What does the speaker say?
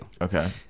Okay